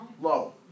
low